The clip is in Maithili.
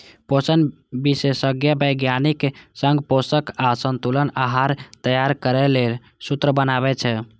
पोषण विशेषज्ञ वैज्ञानिक संग पोषक आ संतुलित आहार तैयार करै लेल सूत्र बनाबै छै